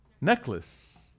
necklace